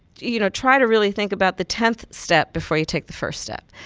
you know, try to really think about the tenth step before you take the first step.